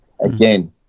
Again